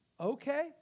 Okay